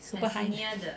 super high